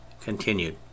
Continued